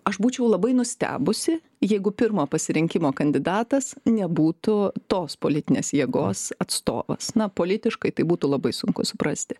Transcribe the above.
aš būčiau labai nustebusi jeigu pirmo pasirinkimo kandidatas nebūtų tos politinės jėgos atstovas na politiškai tai būtų labai sunku suprasti